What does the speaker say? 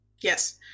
yes